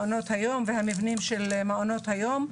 מעונות היום והמבנים של מעונות היום.